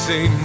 Say